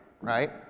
right